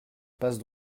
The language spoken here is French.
passe